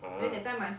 ah